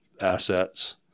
assets